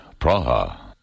Praha